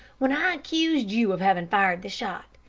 when i accused you of having fired the shot,